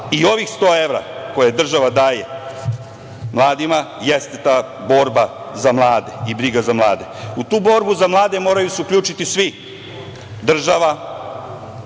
i ovih 100 evra koje država daje mladima jeste ta borba za mlade i briga za mlade. U tu borbu za mlade moraju se uključiti svi, država,